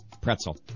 pretzel